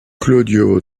claudio